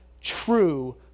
true